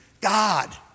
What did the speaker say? God